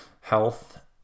health